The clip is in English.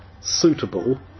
suitable